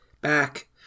back